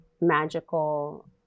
magical